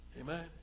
Amen